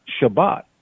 Shabbat